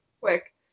quick